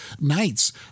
nights